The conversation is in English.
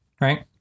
right